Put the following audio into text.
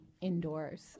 indoors